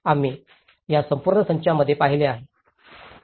आम्ही या संपूर्ण संचामध्ये पाहिले आहे